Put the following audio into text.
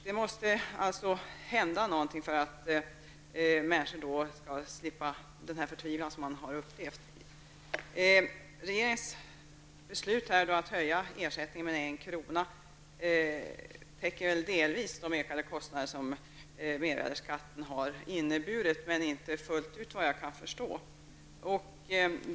Det måste alltså hända någonting för att människor skall slippa den förtvivlan som man har upplevt. täcker en del av den ökade kostad som mervärdeskatten på resandet innebär men inte hela, enligt vad jag kan förstå.